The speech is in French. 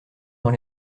dans